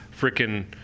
freaking